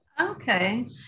okay